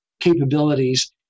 capabilities